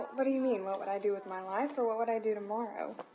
but do you mean? what would i do with my life or what would i do tomorrow?